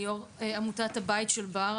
אני יו"ר עמותת הבית של בר,